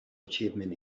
achievement